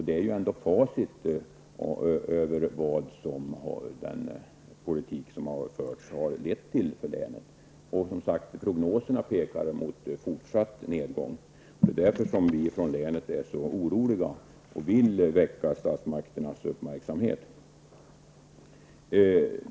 Det är ändå facit av vad den politik som har förts har lett till för länet. Och prognoserna pekar som sagt mot fortsatt nedgång. Det är därför vi från länet är så oroliga och försöker rikta statsmakternas uppmärksamhet på detta.